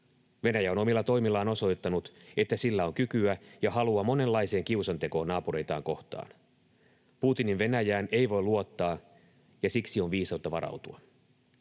Venäjä on omilla toimillaan osoittanut, että sillä on kykyä ja halua monenlaiseen kiusantekoon naapureitaan kohtaan. Putinin Venäjään ei voi luottaa, ja siksi on viisautta varautua.